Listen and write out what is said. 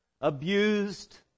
abused